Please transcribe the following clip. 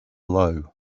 low